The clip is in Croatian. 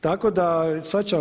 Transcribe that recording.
Tako da shvaćam.